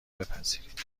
بپذیرید